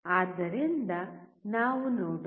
ಆದ್ದರಿಂದ ನಾವು ನೋಡೋಣ